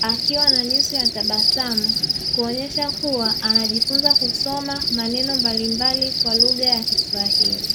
akiwa na nyuso ya tabasamu kuonyesha kuwa anajifunza kusoma maneno mbalimbali kwa lugha ya Kiswahili.